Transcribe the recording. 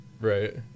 Right